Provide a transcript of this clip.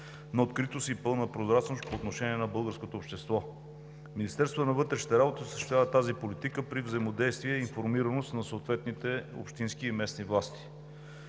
на откритост и пълна прозрачност по отношение на българското общество. Министерството на вътрешните работи осъществява тази политика при взаимодействие и информираност на съответните общински и местни власти.